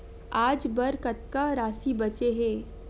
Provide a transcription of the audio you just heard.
आज बर कतका राशि बचे हे?